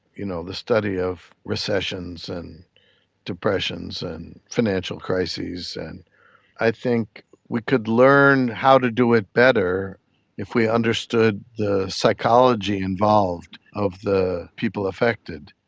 you know, the study of recessions and depressions and financial crises. and i think we could learn how to do it better if we understood the psychology involved of the people affected.